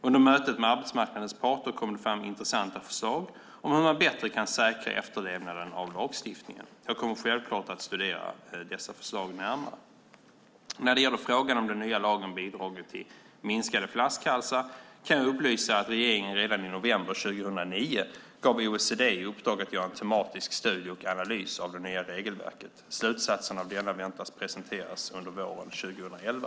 Under mötet med arbetsmarknadens parter kom det fram intressanta förslag om hur man bättre kan säkra efterlevnaden av lagstiftningen. Jag kommer självklart att studera dessa förslag närmare. När det gäller frågan om den nya lagen har bidragit till minskade flaskhalsar kan jag upplysa att regeringen redan i november 2009 gav OECD i uppdrag att göra en tematisk studie och analys av det nya regelverket. Slutsatserna av denna väntas presenteras under våren 2011.